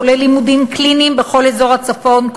הכולל לימודים קליניים בכל אזור הצפון,